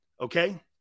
Okay